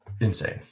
insane